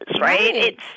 right